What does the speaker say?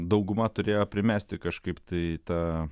dauguma turėjo primesti kažkaip tai tą